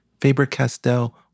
Faber-Castell